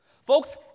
Folks